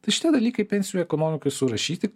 tai šitie dalykai pensijų ekonomikoj surašyti